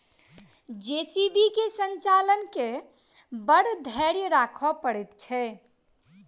JCB के संचालक के बड़ धैर्य राखय पड़ैत छै